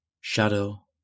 Shadow